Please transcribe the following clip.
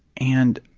and